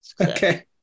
Okay